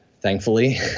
thankfully